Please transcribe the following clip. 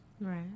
Right